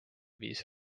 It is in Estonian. viis